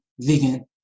vegan